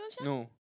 No